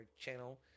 channel